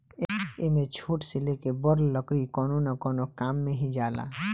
एमे छोट से लेके बड़ लकड़ी कवनो न कवनो काम मे ही जाला